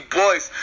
boys